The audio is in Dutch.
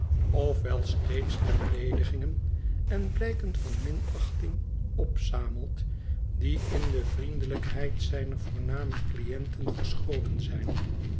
wel steeds de beleedigingen en blijken van minachting opzamelt die in de vriendelijkheid zijner voorname cliënten verscholen zijn